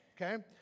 Okay